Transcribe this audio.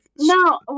No